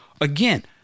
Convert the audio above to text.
again